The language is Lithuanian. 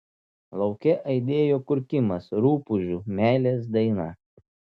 lauke aidėjo kurkimas rupūžių meilės daina